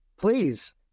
Please